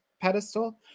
pedestal